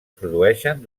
produeixen